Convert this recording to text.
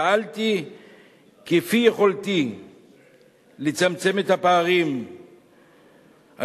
פעלתי כפי יכולתי לצמצם את הפערים הקיימים